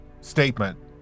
statement